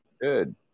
Good